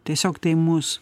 tiesiog tai mus